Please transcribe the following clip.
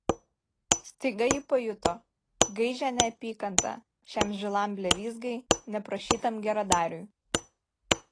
staiga ji pajuto gaižią neapykantą šiam žilam blevyzgai neprašytam geradariui